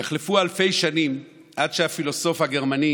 יחלפו אלפי שנים עד שהפילוסוף הגרמני